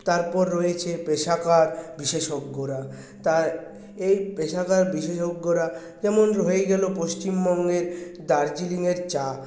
তারপর রয়েছে পেশাকার বিশেষজ্ঞরা তাই এই পেশাকার বিশেষজ্ঞরা যেমন হয়ে গেল পশ্চিমবঙ্গের দার্জিলিংয়ের চা